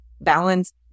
balance